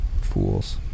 fools